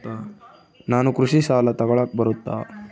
ನಾನು ಕೃಷಿ ಸಾಲ ತಗಳಕ ಬರುತ್ತಾ?